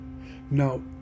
now